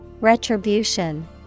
Retribution